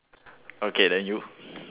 okay then you